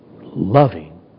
loving